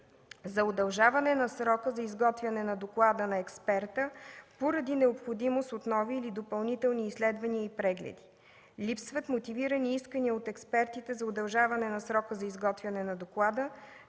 за удължаване на срока за изготвяне на доклада на експерта, поради необходимост от нови или допълнителни изследвания и прегледи. Липсват мотивирани искания от експертите за удължаване на срока за изготвяне на доклада,